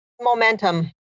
Momentum